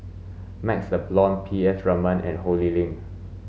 MaxLe Blond P S Raman and Ho Lee Ling